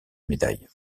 médaille